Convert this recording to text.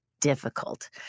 difficult